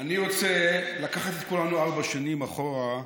אני רוצה לקחת את כולנו ארבע שנים אחורה,